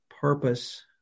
purpose